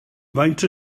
faint